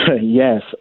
Yes